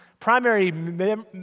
Primary